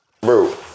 bro